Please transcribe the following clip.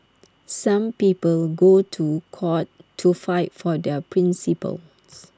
some people go to court to fight for their principles